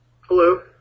Hello